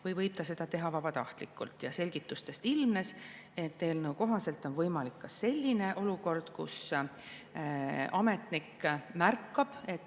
või võib ta seda teha vabatahtlikult. Selgitustest ilmnes, et eelnõu kohaselt on võimalik ka selline olukord, kus ametnik märkab, et